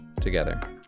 together